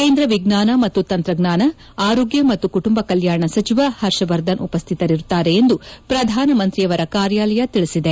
ಕೇಂದ್ರ ವಿಜ್ಞಾನ ಮತ್ತು ತಂತ್ರಜ್ಞಾನ ಆರೋಗ್ಯ ಮತ್ತು ಕುಟುಂಬ ಕಲ್ಯಾಣ ಸಚಿವ ಹರ್ಷವರ್ಧನ್ ಉಪಸ್ಥಿತರಿರುತ್ತಾರೆ ಎಂದು ಪ್ರಧಾನಮಂತ್ರಿಯವರ ಕಾರ್ಯಾಲಯ ತಿಳಿಸಿದೆ